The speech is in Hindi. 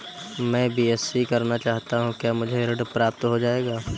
मैं बीएससी करना चाहता हूँ क्या मुझे ऋण प्राप्त हो जाएगा?